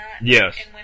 Yes